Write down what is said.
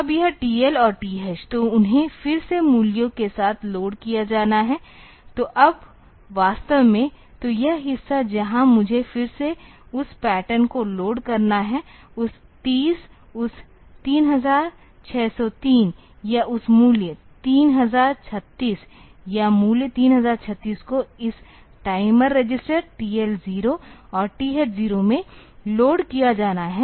अब यह TL और TH तो उन्हें फिर से मूल्यों के साथ लोड किया जाना है तो अब वास्तव में तो यह हिस्सा जहां मुझे फिर से उस पैटर्न को लोड करना है उस 30 उस 3603 या उस मूल्य 3036 उस मूल्य 3036 को इस टाइमर रजिस्टर TL0 और TH0 में लोड किया जाना है तो यह किया जाना है